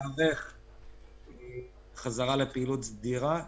להיערך חזרה לפעילות סדירה.